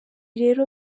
rero